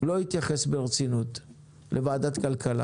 לא מצא 5 מיליון שקלים לבקשת ועדת הכלכלה.